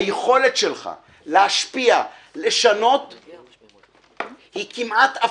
היכולת שלך להשפיע לשנות, היא כמעט אפסית.